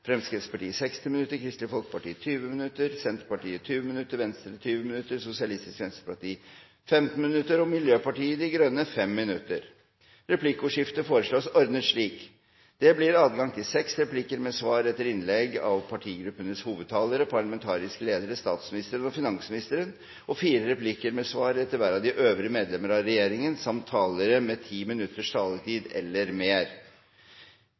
Fremskrittspartiet 60 minutter, Kristelig Folkeparti 20 minutter, Senterpartiet 20 minutter, Venstre 20 minutter, Sosialistisk Venstreparti 15 minutter og Miljøpartiet De Grønne 5 minutter. Replikkordskiftet foreslås ordnet slik: Det blir adgang til seks replikker med svar etter innlegg av partigruppenes hovedtalere, parlamentariske ledere, statsministeren og finansministeren og fire replikker med svar etter hver av de øvrige medlemmer av regjeringen samt talere med 10 minutters taletid eller mer